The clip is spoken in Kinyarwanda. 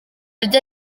rye